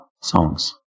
songs